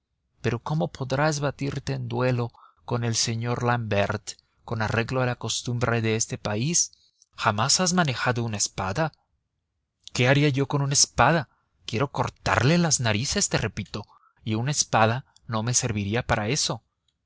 pero cómo podrás batirte en duelo con el señor l'ambert con arreglo a la costumbre de este país jamás has manejado una espada qué haría yo con una espada quiero cortarle las narices te repito y una espada no me serviría para eso